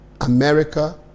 America